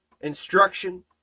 instruction